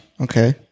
Okay